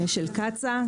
של קצא"א.